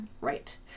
Right